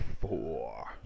four